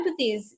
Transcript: empathies